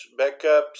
backups